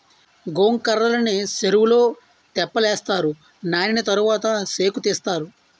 గొంకర్రలని సెరువులో తెప్పలేస్తారు నానిన తరవాత సేకుతీస్తారు